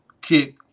kick